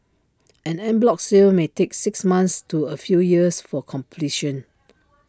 an en bloc sale may take six months to A few years for completion